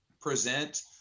present